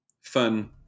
fun